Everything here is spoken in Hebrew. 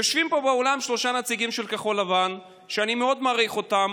יושבים פה באולם שלושה נציגים של כחול לבן שאני מאוד מעריך אותם,